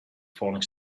falling